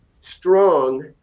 strong